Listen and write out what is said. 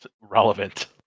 relevant